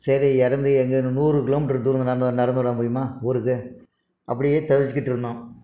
சரி இறங்கி எங்கே நூறு கிலோ மீட்டரு தூரம் நடந்து நடந்து வர முடியுமா ஊருக்கு அப்படியே தவிச்சிக்கிட்டிருந்தோம்